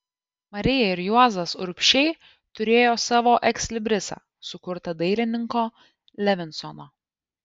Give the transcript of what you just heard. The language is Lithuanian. marija ir juozas urbšiai turėjo savo ekslibrisą sukurtą dailininko levinsono